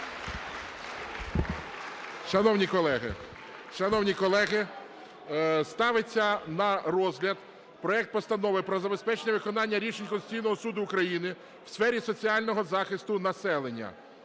Шановні колеги, ставиться на розгляд проект Постанови про забезпечення виконання рішень Конституційного Суду України у сфері соціального захисту населення.